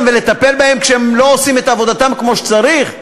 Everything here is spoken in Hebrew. ולטפל בהם כשהם לא עושים את עבודתם כמו שצריך.